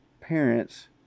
parents